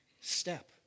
step